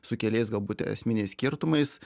su keliais galbūt esminiais skirtumais